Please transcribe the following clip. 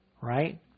Right